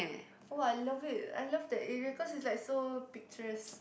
oh I love it I love that area cause it's like so picturesque